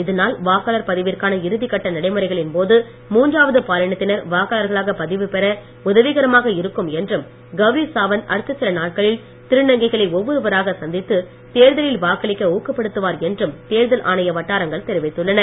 இதனால் வாக்காளர் பதிவிற்கான இறுதி கட்ட நடைமுறைகளின் போது மூன்றாவது பாலினத்தினர் வாக்காளர்களாக பதிவுபெற உதவிகரமாக இருக்கும் என்றும் கௌரி சாவந்த் அடுத்த சில நாட்களில் திருநங்கைகளை ஒவ்வொருவராக சந்தித்து தேர்தலில் வாக்களிக்க ஊக்கப்படுத்துவார் என்றும் தேர்தல் ஆணைய வட்டாரங்கள் தெரிவித்துள்ளது